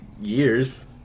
years